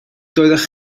doeddech